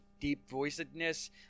deep-voicedness